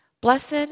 Blessed